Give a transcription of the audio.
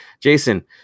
Jason